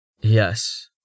Yes